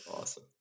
Awesome